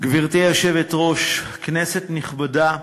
1 2. גברתי היושבת-ראש, כנסת נכבדה,